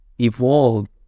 evolved